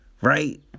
right